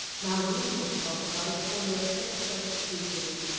now looping itself about a corner of thick set spruces,